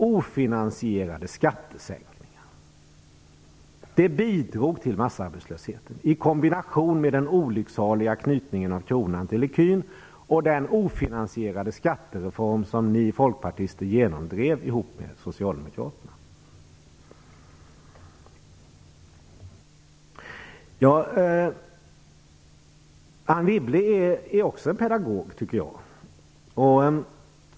Ofinansierade skattesänkningar i kombination med den olycksaliga knytningen av kronan till ECU:n och den ofinansierade skattereform som ni folkpartister genomdrev ihop med socialdemokraterna bidrog till massarbetslösheten. Anne Wibble är också en pedagog, tycker jag.